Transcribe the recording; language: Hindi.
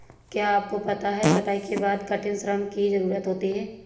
क्या आपको पता है कटाई के बाद कठिन श्रम की ज़रूरत होती है?